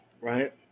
right